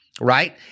Right